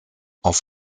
auf